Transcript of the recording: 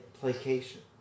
placation